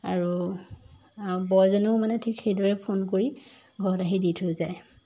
আৰু বয়জনেও মানে ঠিক সেইদৰে ফোন কৰি ঘৰত আহি দি থৈ যায়